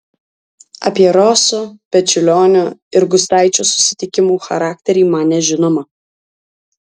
apie roso pečiulionio ir gustaičio susitikimų charakterį man nežinoma